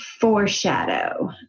foreshadow